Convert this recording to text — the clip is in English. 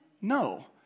No